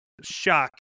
shock